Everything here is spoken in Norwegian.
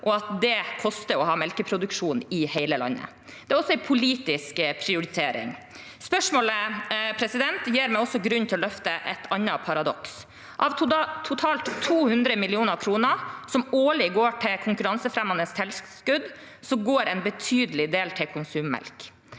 og at det koster å ha melkeproduksjon i hele landet. Det er også en politisk prioritering. Spørsmålet gir meg også grunn til å løfte et annet paradoks. Av totalt 200 mill. kr som årlig går til konkurransefremmende tilskudd, går en betydelig del til konsummelk.